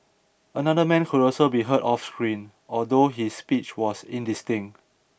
another man could also be heard off screen although his speech was indistinct